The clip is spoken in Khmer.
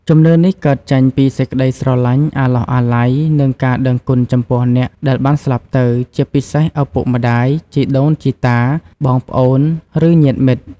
ជំនឿនេះកើតចេញពីសេចក្តីស្រឡាញ់ អាឡោះអាល័យ និងការដឹងគុណចំពោះអ្នកដែលបានស្លាប់ទៅ ជាពិសេសឪពុកម្តាយ ជីដូនជីតា បងប្អូន ឬញាតិមិត្ត។